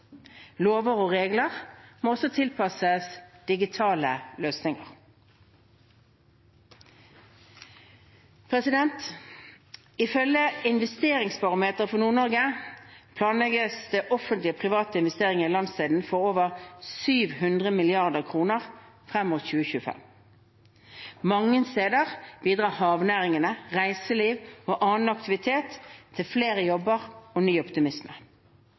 Lover og reguleringer må tilpasses digitale løsninger. Ifølge investeringsbarometeret for Nord-Norge planlegges det offentlige og private investeringer i landsdelen for over 700 mrd. kr frem mot 2025. Mange steder bidrar havnæringene, reiseliv og annen aktivitet til flere jobber og ny optimisme.